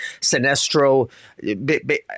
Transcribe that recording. Sinestro